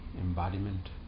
embodiment